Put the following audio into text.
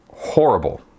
Horrible